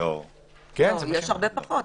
יש הרבה פחות.